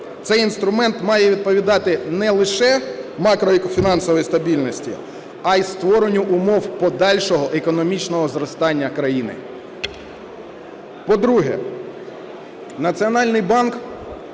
цей інструмент має відповідати не лише макрофінансовій стабільності, а й створенню умов подальшого економічного зростання країни. По-друге, Національний банк